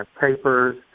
papers